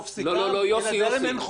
אין חוזים.